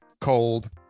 cold